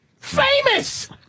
famous